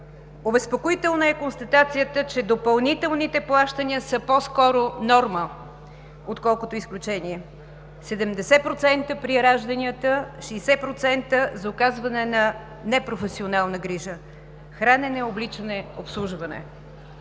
Обезпокоителна е констатацията, че допълнителните плащания са по-скоро норма, отколкото изключение – 70% при ражданията, 60% за оказване на непрофесионална грижа – хранене, обличане, обслужване.